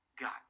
God